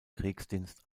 kriegsdienst